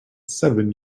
seven